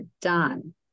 done